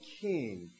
king